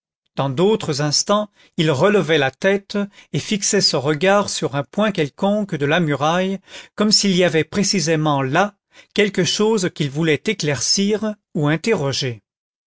dans d'autres instants il relevait la tête et fixait son regard sur un point quelconque de la muraille comme s'il y avait précisément là quelque chose qu'il voulait éclaircir ou interroger